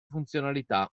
funzionalità